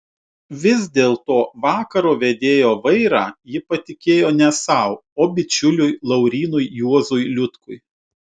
vis dėlto vakaro vedėjo vairą ji patikėjo ne sau o bičiuliui laurynui juozui liutkui